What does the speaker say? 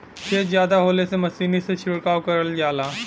खेत जादा होले से मसीनी से छिड़काव करल जाला